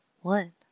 one